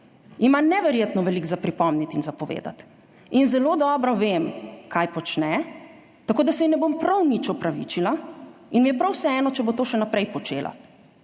ima neverjetno veliko za pripomniti in za povedati. In zelo dobro vem, kaj počne, tako da se ji ne bom prav nič opravičila in mi je prav vseeno, če bo to še naprej počela.